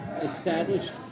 established